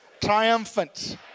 triumphant